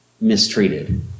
mistreated